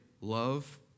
love